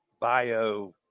bio